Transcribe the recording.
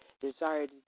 desired